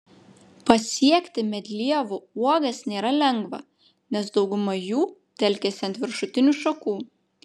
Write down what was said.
pasiekti medlievų uogas nėra lengva nes dauguma jų telkiasi ant viršutinių šakų